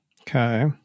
Okay